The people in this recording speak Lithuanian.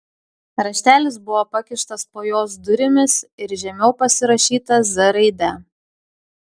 raštelis buvo pakištas po jos durimis ir žemiau pasirašyta z raide